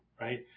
right